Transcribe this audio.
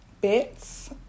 bits